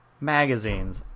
Magazines